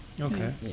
Okay